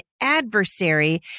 adversary